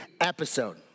episode